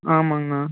ஆமாங்கண்ணா